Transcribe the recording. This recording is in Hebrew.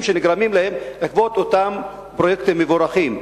שנגרמים להם בעקבות אותם פרויקטים מבורכים.